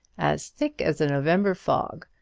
as thick as a november fog.